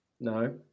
No